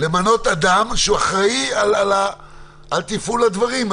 למנות אדם שאחראי על תפעול הדברים,